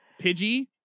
Pidgey